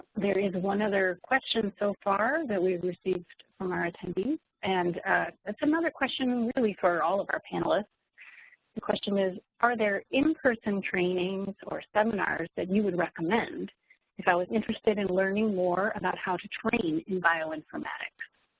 there is one other question so far that we've received from our attendees and that's another question really for all of our panelists. the question is, are there in-person trainings or seminars that you would recommend if i was interested in learning more about how to train in bioinformatics?